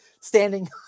standing